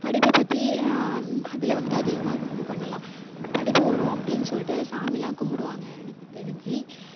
படிப்பை பற்றி அதில் அதிகமாக இது பண்ணலாம் படிப்பு வரும் அப்படினு சொல்லிட்டு அது சாமியெலாம் கும்பிடுவாங்க எனக்கு தெரிஞ்சு